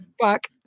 fuck